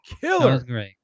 killer